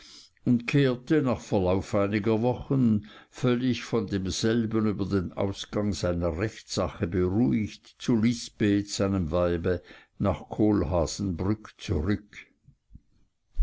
und kehrte nach verlauf einiger wochen völlig von demselben über den ausgang seiner rechtssache beruhigt zu lisbeth seinem weibe nach kohlhaasenbrück zurück